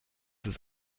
ist